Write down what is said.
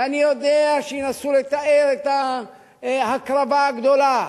ואני יודע שינסו לתאר את ההקרבה הגדולה,